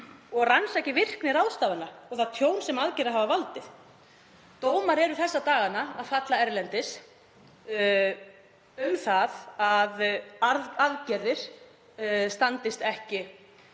og rannsaki virkni ráðstafana og það tjón sem aðgerðir hafa valdið. Dómar eru þessa dagana að falla erlendis um það að aðgerðir standist ekki